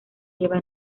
lleva